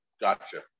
gotcha